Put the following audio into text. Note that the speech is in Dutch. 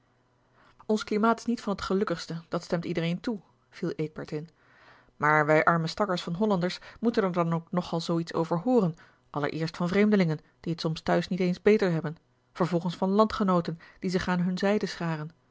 ons klimaat is niet van t gelukkigste dat stemt iedereen toe viel eekbert in maar wij arme stakkers van hollanders moeten er dan ook nogal zoo iets over hooren allereerst van vreemdelingen die het soms thuis niet eens beter hebben vervolgens van landgenooten die zich aan hunne zijde scharen